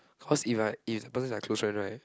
cause if I if the person is my close friend right